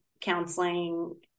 counseling